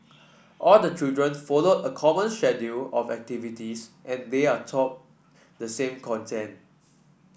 all the children follow a common of activities and they are taught the same content